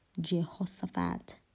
Jehoshaphat